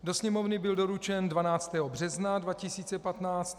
Do Sněmovny byl doručen 12. března 2015.